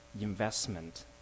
investment